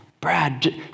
brad